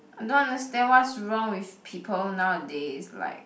I don't understand what's wrong with people nowadays like